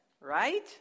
right